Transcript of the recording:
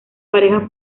pareja